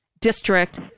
district